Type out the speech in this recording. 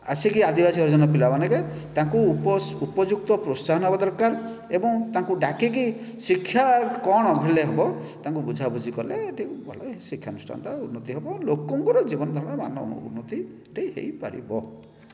ଆସିକି ଆଦିବାସୀ ହରିଜନ ପିଲାମାନେଙ୍କେ ତା'ଙ୍କୁ ଉପଯୁକ୍ତ ପ୍ରୋତ୍ସାହନ ହେବା ଦରକାର ଏବଂ ତାଙ୍କୁ ଡ଼ାକିକି ତାଙ୍କୁ ଶିକ୍ଷା କ'ଣ ହେଲେ ହେବ ତା'ଙ୍କୁ ବୁଝା ବୁଝି କଲେ ଭଲ ହେବ ଶିକ୍ଷା ଅନୁଷ୍ଠାନଟା ଉନ୍ନତି ହେବ ଲୋକଙ୍କର ଜୀବନଧାରଣ ମାନ ଉନ୍ନତିଟି ହେଇପାରିବ